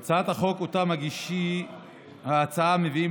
לעשות את